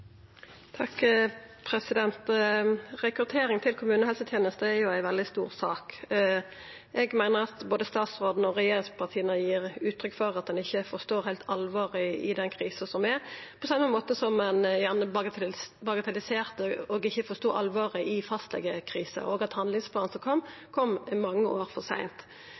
ei veldig stor sak. Eg meiner at både statsråden og regjeringspartia gir uttrykk for at ein ikkje heilt forstår alvoret i den krisa som er, på same måten som ein gjerne bagatelliserte og ikkje forstod alvoret i fastlegekrisa, og at handlingsplanen som kom, kom mange år for seint.